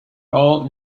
all